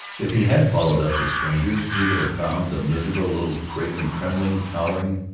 if he had followed up the stranger he would have found the miserable little craven trembling, cowering,